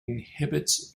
inhibits